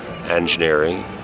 engineering